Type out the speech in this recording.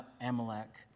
Amalek